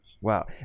Wow